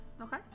Okay